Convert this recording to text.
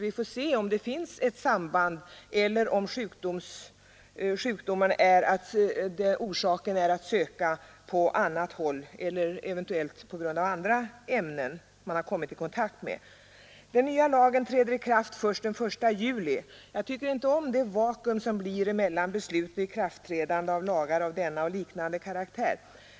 Vi får se om det finns ett samband eller om orsaken är att söka på annat håll eller eventuellt hos andra ämnen som man kommit i kontakt med. Den nya lagen träder i kraft den 1 juli. Jag tycker inte om det vakuum som uppstår mellan beslutet och ikraftträdandet när det gäller lagar av denna och liknande karaktär.